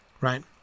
right